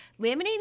Laminating